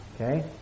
Okay